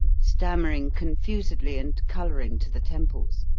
stammering confusedly and colouring to the temples,